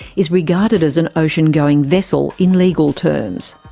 is regarded as an ocean-going vessel in legal terms.